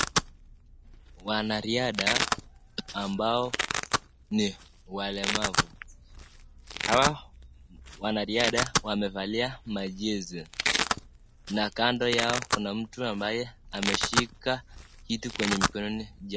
Mwanariadha ambao ni walemavu. Hawa wanariadha wamevalia ma jersey na kando yao kuna mtu ambaye ameshika kitu kwenye mikononi yake.